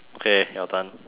okay your turn